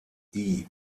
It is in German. die